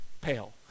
pale